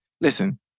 Listen